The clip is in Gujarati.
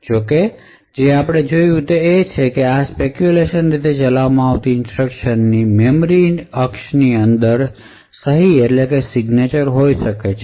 જો કે જે જોયું છે તે એ છે કે આ સ્પેકયુલેશન રીતે ચલાવવામાં આવતી ઇન્સટ્રકશન ની મેમરી અક્ષની અંદર સહી હોઇ શકે છે